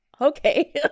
okay